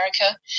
America